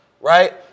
right